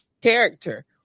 character